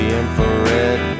infrared